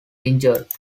injured